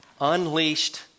unleashed